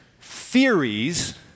theories